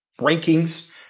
rankings